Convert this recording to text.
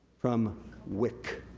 from wic.